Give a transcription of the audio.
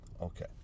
Okay